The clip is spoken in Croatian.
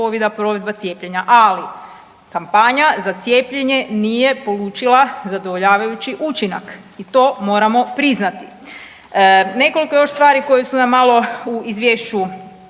Ali, kampanja za cijepljenje nije polučila zadovoljavajući učinak i to moramo priznati. Nekoliko još stvari koje su nam malo u Izvješću